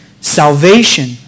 Salvation